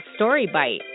StoryBite